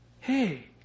Hey